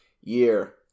year